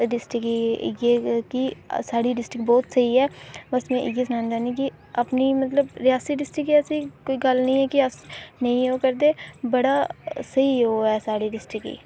ते डिस्ट्रिक्ट गी इ'यै कि साढ़ी डिस्ट्रिक्ट बहुत स्हेई ऐ में इटयै सनाना चाह्न्नीं कि मतलब अपनी इ'यै कि रियासी डिस्ट्रिक्ट दी ऐसी कोई गल्ल निं ऐ नेईं ओह् करदे बड़ा स्हेई ओह् एह् ऐ साढ़ी डिस्ट्रिक्ट गी